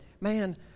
man